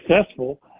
successful